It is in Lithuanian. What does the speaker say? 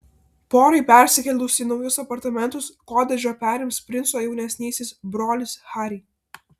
porai persikėlus į naujus apartamentus kotedžą perims princo jaunesnysis brolis harry